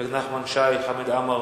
חברי הכנסת נחמן שי, חמד עמאר